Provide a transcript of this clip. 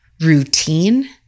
routine